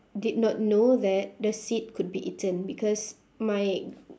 did not know that the seed could be eaten because my